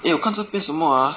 eh 我这边什么 ah